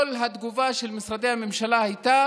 כל התגובה של משרדי הממשלה הייתה